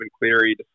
Cleary